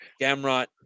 Gamrot